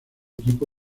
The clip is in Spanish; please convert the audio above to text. equipo